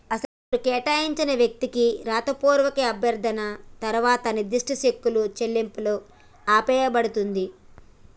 అసలు కేటాయించిన వ్యక్తికి రాతపూర్వక అభ్యర్థన తర్వాత నిర్దిష్ట సెక్కులు చెల్లింపులు ఆపేయబడుతుంది